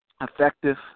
effective